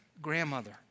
grandmother